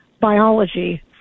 biology